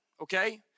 okay